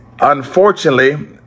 unfortunately